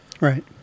Right